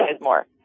more